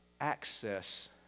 access